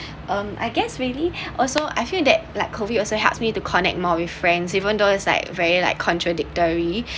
um I guess really also I feel that like COVID also helps me to connect more with friends even though is like very like contradictory